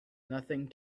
nothing